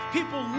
People